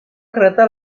kereta